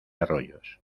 arroyos